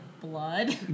blood